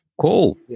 Cool